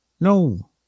No